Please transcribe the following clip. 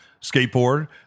skateboard